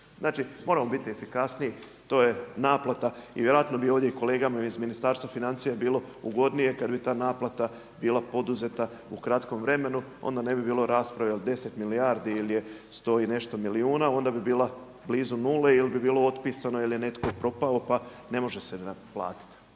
Znači, moramo bit efikasniji to je naplata. I vjerojatno bi ovdje i kolegama iz Ministarstva financija bilo ugodnije kad bi ta naplata bila poduzeta u kratkom vremenu, onda ne bi bilo rasprave jel' 10 milijardi ili je 100 i nešto milijuna, onda bi bila blizu nuli ili bi bilo otpisano jel' je netko propao pa ne može se naplatiti.